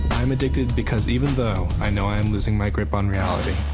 i'm addicted, because even though i know i'm losing my grip on reality,